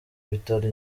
bitaro